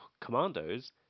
Commandos